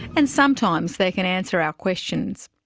and sometimes they can answer our questions.